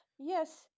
Yes